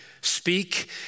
speak